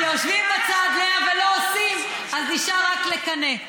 כיושבים בצד, לאה, ולא עושים, אז נשאר רק לקנא.